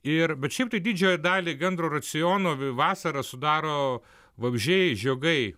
ir bet šiaip tai didžiąją dalį gandro raciono vi vasarą sudaro vabzdžiai žiogai